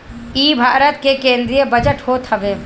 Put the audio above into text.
इ भारत के केंद्रीय बजट होत हवे